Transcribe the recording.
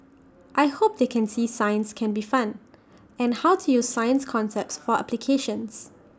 I hope they can see science can be fun and how to use science concepts for applications